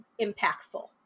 impactful